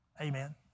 Amen